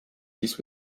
siis